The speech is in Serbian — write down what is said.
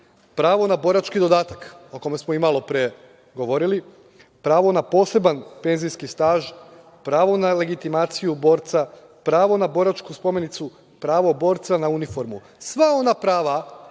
Pravo na borački dodatak o kome smo i malopre govorili, pravo na poseban penzijski staž, pravo na legitimaciju borca, pravo na boračko spomenicu, pravo borca na uniformu. Sva ona prava